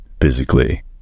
physically